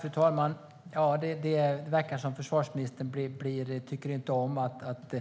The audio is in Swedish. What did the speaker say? Fru talman! Det verkar som om försvarsministern inte tycker om att